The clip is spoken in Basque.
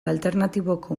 alternatiboko